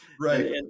right